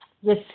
Yes